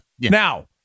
Now